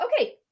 okay